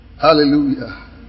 Hallelujah